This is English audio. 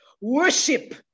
Worship